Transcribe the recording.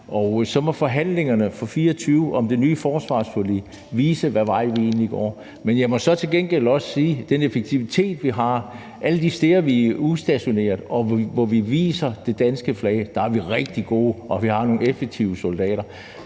Og så må forhandlingerne for 2024 om det nye forsvarsforlig vise, hvad vej vi går. Men jeg må så til gengæld også sige, at den effektivitet, vi har alle de steder, vi er udstationeret, og hvor vi viser det danske flag, er rigtig god, og vi har nogle effektive soldater.